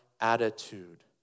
attitude